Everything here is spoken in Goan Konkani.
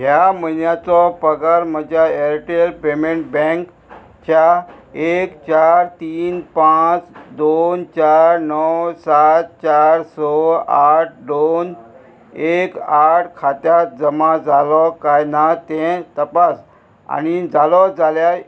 ह्या म्हयन्याचो पगार म्हज्या एरटेल पेमेंट बँक च्या एक चार तीन पांच दोन चार णव सात चार स आठ दोन एक आठ खात्यांत जमा जालो काय ना तें तपास आणी जालो जाल्यार